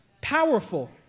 Powerful